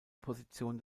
position